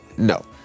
No